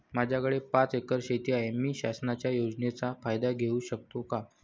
माझ्याकडे पाच एकर शेती आहे, मी शासनाच्या योजनेचा फायदा घेऊ शकते का?